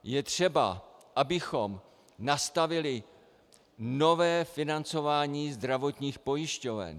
Je třeba, abychom nastavili nové financování zdravotních pojišťoven.